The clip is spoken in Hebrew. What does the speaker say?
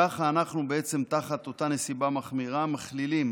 ככה, תחת אותה נסיבה מחמירה אנחנו מכלילים